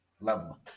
level